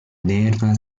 nerva